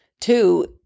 two